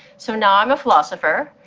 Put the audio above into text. so now i'm a philosopher,